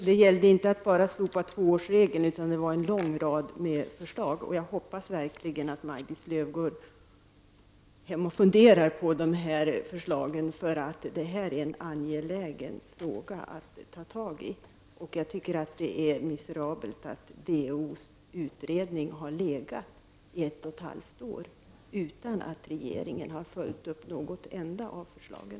Fru talman! Det gällde inte bara tvåårsregeln, utan det var en lång rad förslag. Jag hoppas verkligen att Maj-Lis Lööw går hem och funderar på dessa förslag. Det här är en angelägen fråga att ta tag i. Jag tycker att det är miserabelt att diskrimineringsombudsmannens utredning har legat i ett och ett halvt år utan att regeringen har följt upp något enda av förslagen.